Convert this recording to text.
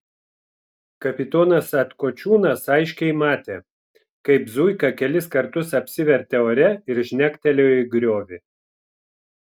kapitonas atkočiūnas aiškiai matė kaip zuika kelis kartus apsivertė ore ir žnektelėjo į griovį